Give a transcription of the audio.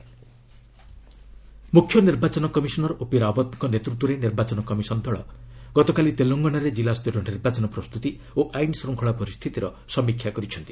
EC Telangana ମୁଖ୍ୟ ନିର୍ବାଚନ commissioner OP ରାଓ୍ୱତ୍ଙ୍କ ନେତୃତ୍ୱରେ ନିର୍ବାଚନ କମିଶନ ଦଳ ଗତକାଲି ତେଲେଙ୍ଗାନାରେ କିଲ୍ଲା ସ୍ତରୀୟ ନିର୍ବାଚନ ପ୍ରସ୍ତୁତି ଓ ଆଇନ୍ ଶୃଙ୍ଖଳା ପରିସ୍ତିତିର ସମୀକ୍ଷା କରିଛନ୍ତି